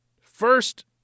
First